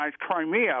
Crimea